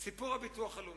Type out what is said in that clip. סיפור הביטוח הלאומי.